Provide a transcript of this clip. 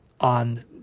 on